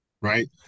Right